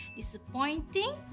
disappointing